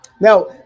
Now